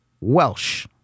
Welsh